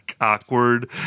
awkward